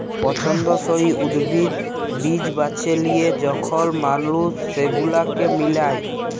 পছল্দসই উদ্ভিদ, বীজ বাছে লিয়ে যখল মালুস সেগুলাকে মিলায়